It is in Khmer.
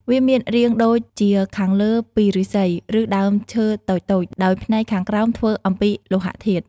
វាមានរាងដូចជាខាងលើពីឫស្សី ឬដើមឈើតូចៗ ដោយផ្នែកខាងក្រោមធ្វើអំពីលោហធាតុ។